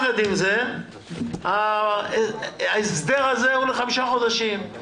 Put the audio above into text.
עם זאת, ההסדר הזה הוא לחמישה חודשים.